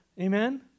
Amen